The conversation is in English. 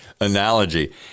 analogy